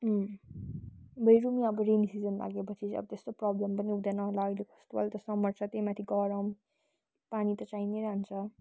अब हेरौँ अब रेनी सिजन लागेपछि चाहिँ अब त्यस्तो प्रब्लम पनि हुदैँन होला अहिलेको जस्तो अहिले त समर छ त्यहीमाथि गरम पानी त चाहिई नै रहन्छ